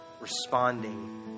responding